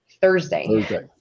Thursday